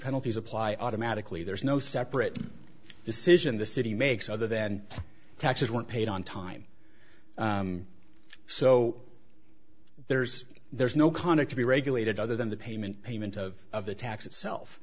penalties apply automatically there's no separate decision the city makes other than taxes weren't paid on time so there's there's no conduct to be regulated other than the payment payment of the tax itself